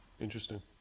Interesting